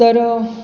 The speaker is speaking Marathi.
तर